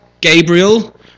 Gabriel